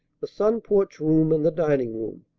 the sun-porch room and the dining-room.